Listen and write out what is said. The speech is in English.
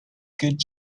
good